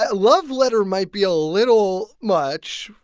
ah love letter might be a little much.